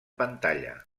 pantalla